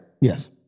Yes